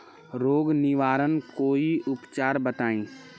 रोग निवारन कोई उपचार बताई?